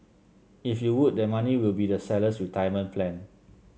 if you would that money will be the seller's retirement plan